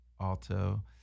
alto